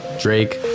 Drake